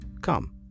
Come